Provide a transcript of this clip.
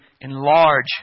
enlarge